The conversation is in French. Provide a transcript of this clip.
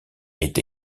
est